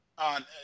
on